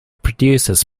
produces